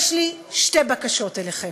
יש לי שתי בקשות אליכם: